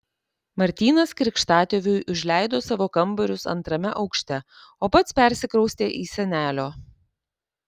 martynas krikštatėviui užleido savo kambarius antrame aukšte o pats persikraustė į senelio